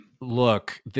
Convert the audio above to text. Look